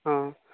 ହଁ